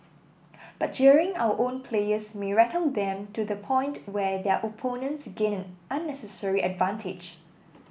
but jeering our own players may rattle them to the point where their opponents gain an unnecessary advantage